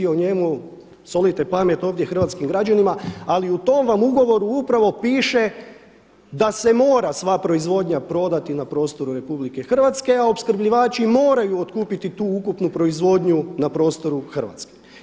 O njemu solite pamet ovdje hrvatskim građanima, ali u tom vam ugovoru upravo piše da se mora sva proizvodnja prodati na prostoru Republike Hrvatske, a opskrbljivači moraju otkupiti tu ukupnu proizvodnju na prostoru Hrvatske.